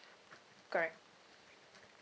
correct